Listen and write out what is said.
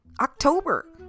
October